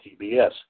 TBS